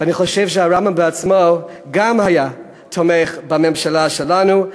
ואני חושב שהרמב"ם בעצמו גם היה תומך בממשלה שלנו.